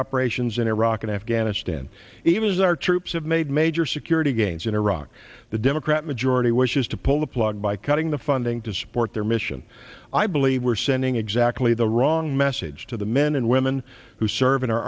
operations in iraq and afghanistan even as our troops have made major security gains in iraq the democrat majority wishes to pull the plug by cutting the funding to support their mission i believe we're sending exactly the wrong message to the men and women who serve in our